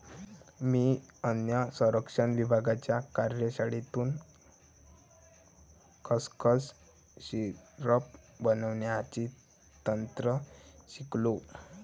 मी अन्न संरक्षण विभागाच्या कार्यशाळेतून खसखस सिरप बनवण्याचे तंत्र शिकलो